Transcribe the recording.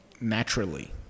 naturally